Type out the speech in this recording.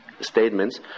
statements